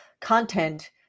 content